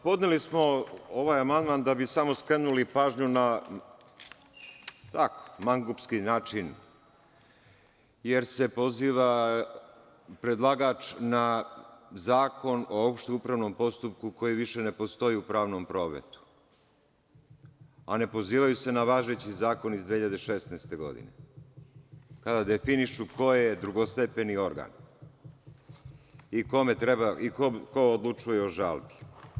Podneli smo ovaj amandman da bi samo skrenuli pažnju da mangupski način, jer se poziva predlagač na Zakon o opštem upravnom postupku koji više ne postoji u pravnom prometu, a ne pozivaju se na važeći zakon iz 2016. godine kada definišu ko je drugostepeni organ i ko odlučuje o žalbi.